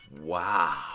Wow